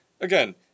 again